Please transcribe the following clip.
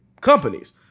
companies